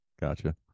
Gotcha